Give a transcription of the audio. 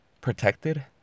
protected